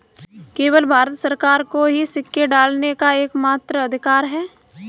केवल भारत सरकार को ही सिक्के ढालने का एकमात्र अधिकार है